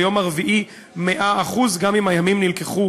תודה רבה, חבר הכנסת פולקמן.